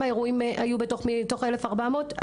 אני רוצה לדעת מתוך ה-1,400 כמה ילדים נפגעו?